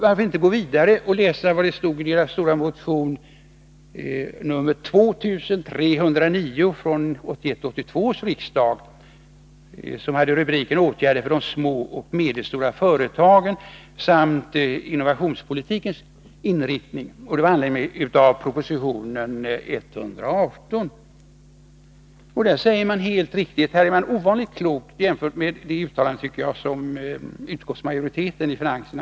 Varför inte gå vidare och citera ur deras omfattande motion 1981 82:118. I den här motionen är man ovanligt klok, åtminstone jämfört med det uttalande som finansutskottets majoritet har presterat.